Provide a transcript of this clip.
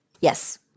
Yes